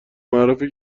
معروفه